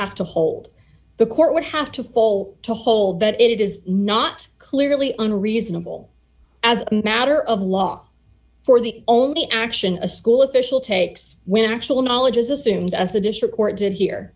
have to hold the court would have to fall to hold but it is not clearly unreasonable as a matter of law for the only action a school official takes when actual knowledge is assumed as the district court did here